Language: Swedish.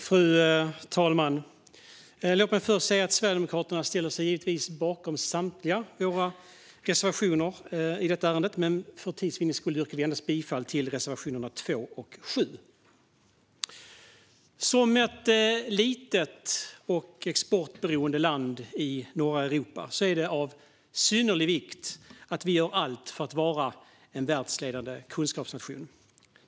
Fru talman! Vi sverigedemokrater ställer oss givetvis bakom samtliga våra reservationer i detta ärende, men för tids vinnande yrkar vi bifall endast till reservationerna 2 och 7. Eftersom Sverige är ett litet exportberoende land i norra Europa är det av synnerlig vikt att vi gör allt för att Sverige ska vara en världsledande kunskapsnation.